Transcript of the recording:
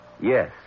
Yes